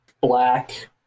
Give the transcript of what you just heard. black